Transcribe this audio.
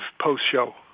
post-show